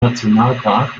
nationalpark